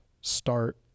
start